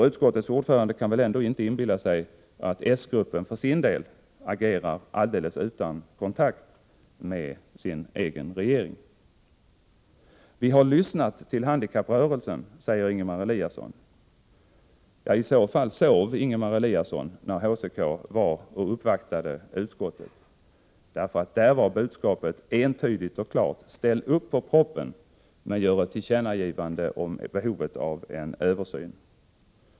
Utskottets ordförande kan väl ändå inte inbilla sig att s-gruppen agerar alldeles utan kontakt med sin egen regering? Vi har lyssnat till handikapprörelsen, säger Ingemar Eliasson. I så fall sov Ingemar Eliasson när HCK uppvaktade utskottet. Budskapet var nämligen klart och entydigt: Ställ upp på propositionen, men gör ett tillkännagivande om behovet av en översyn.